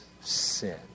sin